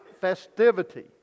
festivity